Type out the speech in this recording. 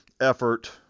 effort